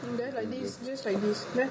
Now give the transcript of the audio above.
there's a list there